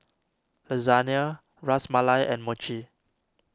Lasagne Ras Malai and Mochi